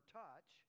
touch